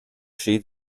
she